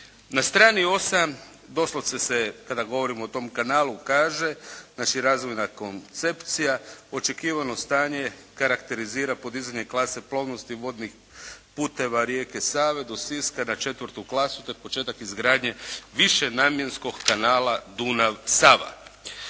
Na strani 8. doslovce se, kada govorimo o tom kanalu kaže, znači razvojna koncepcija, očekivano stanje karakterizira podizanje klase plovnosti vodnih puteva rijeke Save do Siska na 4. klasu. To je početak izgradnje višenamjenskog kanala Dunav-Sava.